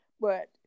but-